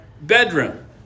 bedroom